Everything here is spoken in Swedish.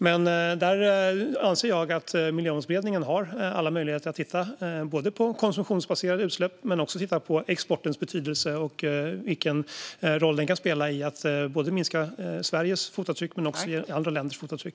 Jag anser att Miljömålsberedningen har alla möjligheter att titta både på konsumtionsbaserade utsläpp och på exportens betydelse och vilken roll den kan spela i att minska Sveriges fotavtryck men också andra länders fotavtryck.